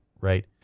right